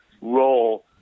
role